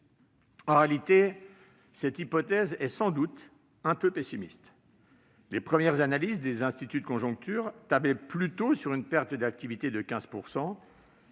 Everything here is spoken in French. En réalité, cette hypothèse est sans doute un peu pessimiste. Les premières analyses des instituts de conjoncture tablaient plutôt sur une perte d'activité de 15